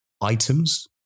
items